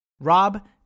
Rob